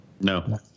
No